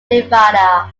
nirvana